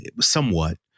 somewhat